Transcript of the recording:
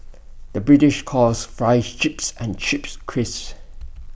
the British calls Fries Chips and Chips Crisps